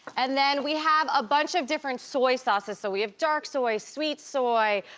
and then we have a bunch of different soy sauces. so we have dark soy, sweet soy,